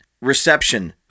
reception